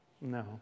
No